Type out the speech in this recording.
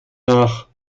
nach